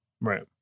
Right